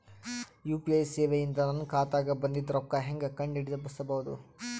UPI ಸೇವೆ ಇಂದ ನನ್ನ ಖಾತಾಗ ಬಂದಿದ್ದ ರೊಕ್ಕ ಹೆಂಗ್ ಕಂಡ ಹಿಡಿಸಬಹುದು?